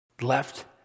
left